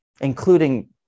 including